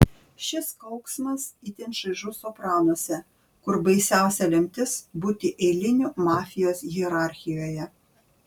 šis kauksmas itin šaižus sopranuose kur baisiausia lemtis būti eiliniu mafijos hierarchijoje